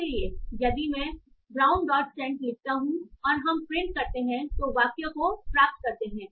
इसलिए यदि मैं ब्राउन डॉट सेंट लिखता हूं और हम प्रिंट करते हैं तो वाक्यों को प्राप्त करते हैं